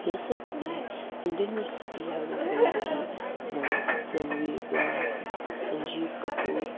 यसरी नै इन्डियन रेसिपीहरूको लागि म रन्बिर ब्रार सन्जिव कपुर